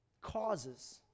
causes